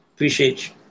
Appreciate